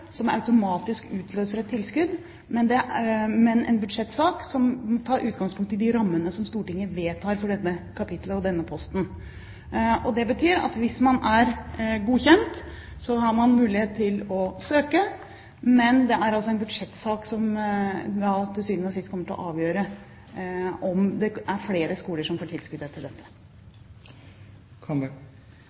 som automatisk utløser et tilskudd, men en budsjettsak som tar utgangspunkt i de rammene som Stortinget vedtar for dette kapitlet og denne posten. Det betyr at hvis man er godkjent, har man mulighet til å søke. Men det er altså en budsjettsak som til sjuende og sist kommer til å avgjøre om det er flere skoler som får tilskudd etter dette.